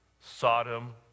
Sodom